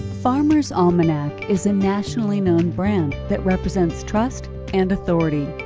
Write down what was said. farmers' almanac is a nationally known brand that represents trust and authority.